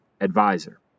advisor